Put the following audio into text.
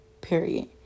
Period